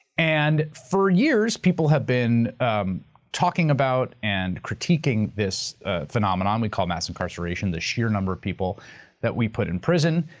and for years, people have been um talking about and critiquing this phenomenon we call mass incarceration, the sheer number of people that we put in prison,